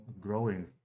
growing